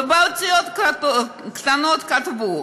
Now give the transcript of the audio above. ובאותיות קטנות כתבו: